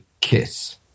Kiss